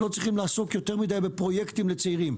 הצעירים לא צריכים לעסוק יותר מדי בפרויקטים לצעירים.